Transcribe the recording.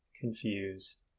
confused